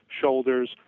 shoulders